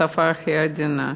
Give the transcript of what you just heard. בשפה הכי עדינה,